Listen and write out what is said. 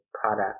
product